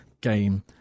game